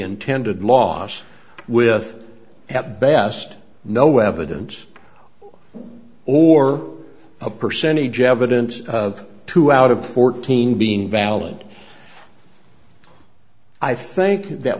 intended loss with at best no evidence or a percentage evidence of two out of fourteen being valid and i think that